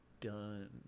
done